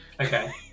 Okay